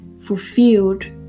fulfilled